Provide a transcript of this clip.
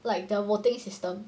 like the voting system